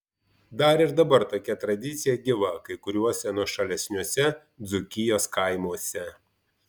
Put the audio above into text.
dar ir dabar tokia tradicija gyva kai kuriuose nuošalesniuose dzūkijos kaimuose